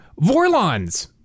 vorlons